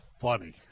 funny